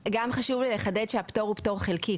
חשוב לי גם לחדד שהפטור הוא פטור חלקי.